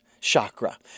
chakra